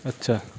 अच्छा